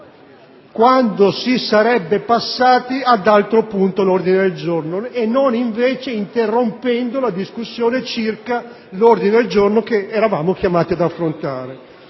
quando si sarebbe passati ad altro punto all' ordine del giorno e non interrompendo la discussione circa l'ordine del giorno che eravamo chiamati ad affrontare.